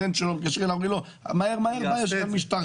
או הבן שלו מתקשרים אליו ואומרים לו: מהר-מהר יש עכשיו משטרה.